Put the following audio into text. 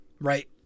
Right